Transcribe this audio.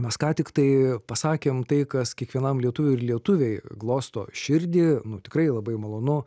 mes ką tiktai pasakėm tai kas kiekvienam lietuviui ir lietuvei glosto širdį nu tikrai labai malonu